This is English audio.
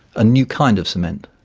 a new kind of cement.